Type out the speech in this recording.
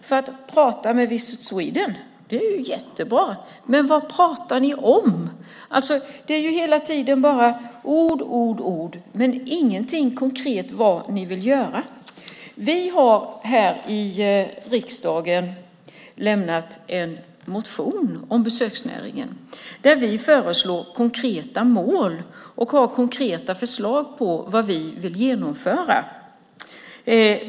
Det är jättebra att ni pratar med Visit Sweden. Men vad pratar ni om? Det är hela tiden bara ord, ord, ord men ingenting konkret om vad ni vill göra. Vi har här i riksdagen skrivit en motion om besöksnäringen där vi föreslår konkreta mål och har konkreta förslag på vad vi vill genomföra.